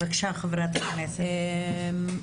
בקשה, חברת הכנסת יסמין.